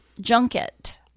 Junket